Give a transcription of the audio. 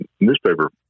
newspaper